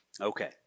Okay